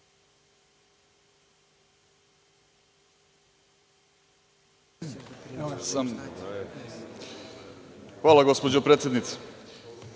Hvala, gospođo predsednice.